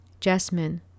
Jasmine